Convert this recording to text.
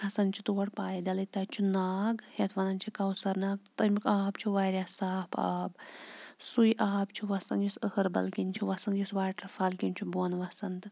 کھَسان چھِ تور پَایدَلٕے تَتہِ چھُ ناگ یَتھ وَنان چھِ کوثَر ناگ تہٕ تَمیُک آب چھُ واریاہ صاف آب سُے آب چھُ وَسان یُس اَہربَل کِنۍ چھُ وَسان یُس واٹَر فال کِنۍ چھُ بۄن وَسان تہٕ